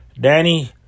Danny